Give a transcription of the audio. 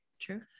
True